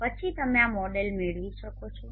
તેથી પછી તમે આ મોડેલ મેળવી શકો છો